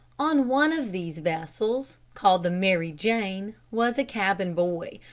on one of these vessels, called the mary jane, was a cabin boy,